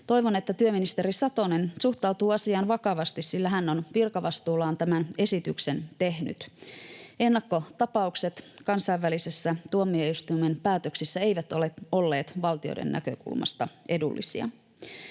Toivon, että työministeri Satonen suhtautuu asiaan vakavasti, sillä hän on virkavastuullaan tämän esityksen tehnyt. Ennakkotapaukset kansainvälisissä tuomioistuimen päätöksissä eivät ole olleet valtioiden näkökulmasta edullisia.